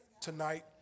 Tonight